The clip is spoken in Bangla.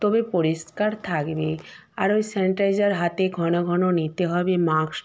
তবে পরিষ্কার থাকবে আর ওই স্যানিটাইজার হাতে ঘনঘন নিতে হবে মাস্ক তো